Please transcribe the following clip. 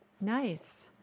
Nice